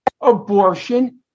abortion